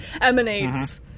emanates